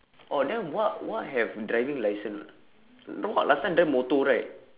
oh then wak wak have driving license or not no wak last time drive motor right